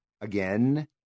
again